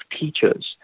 Teachers